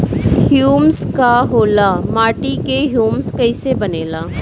Humus का होला माटी मे ह्यूमस कइसे बनेला?